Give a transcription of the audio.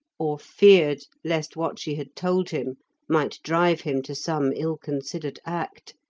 or feared lest what she had told him might drive him to some ill-considered act,